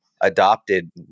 adopted